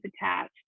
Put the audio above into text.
attached